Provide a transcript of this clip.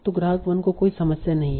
तो ग्राहक 1 को कोई समस्या नहीं है